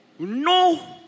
No